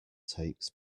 takes